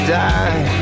die